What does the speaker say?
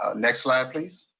ah next slide please.